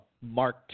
Mark